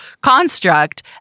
construct